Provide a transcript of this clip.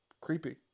creepy